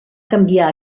canviar